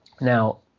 Now